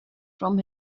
from